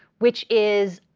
which is